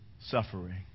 suffering